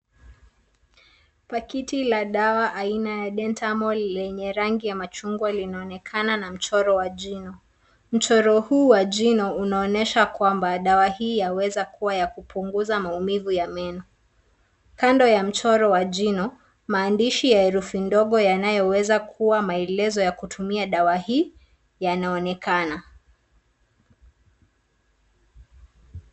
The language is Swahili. Pakiti la dawa la aina ya Dentamol lenye rangi ya machungwa linaonekana na mchoro wa jino. Mchoro huu wa jino unaonyesha kwamba dawa hii yaweza kuwa ya kupunguza maumivu ya meno. Kando ya mchoro wa jino, maandishi ya herufi dogo yanayoweza kuwa maelezo ya kutumia dawa hii yanaonekana.